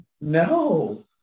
No